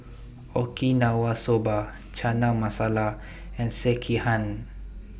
Okinawa Soba Chana Masala and Sekihan